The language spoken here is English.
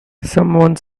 someone